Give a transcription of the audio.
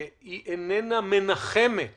היא איננה מנחמת